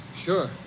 sure